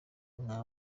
nka